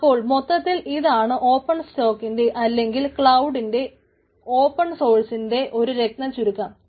അപ്പോൾ മൊത്തത്തിൽ ഇതാണ് ഓപ്പൺ സ്റ്റാക്കിന്റെ അല്ലെങ്കിൽ ക്ലൌഡിന്റെ ഓപ്പൺ സോഴ്സ്സിന്റെ ഒരു രത്നച്ചുരുക്കം